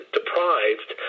deprived